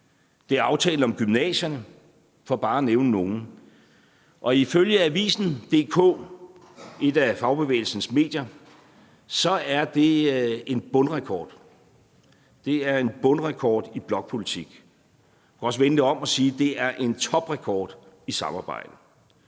det er aftalen om gymnasierne – for bare at nævne nogle. Og ifølge Avisen.dk, et af fagbevægelsens medier, er det en bundrekord; det er en bundrekord i blokpolitik. Man kunne også vende det om og sige: Det er en toprekord i samarbejde.